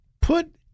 put